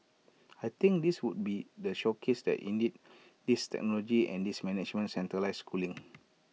I think this would be the showcase that indeed this technology and this management centralised cooling